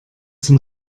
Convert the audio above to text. zum